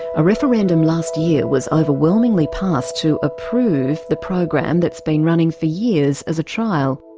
a referendum last year was overwhelmingly passed to approve the program that's been running for years as a trial.